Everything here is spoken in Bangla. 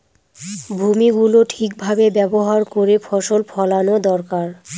ভূমি গুলো ঠিক ভাবে ব্যবহার করে ফসল ফোলানো দরকার